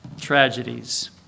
tragedies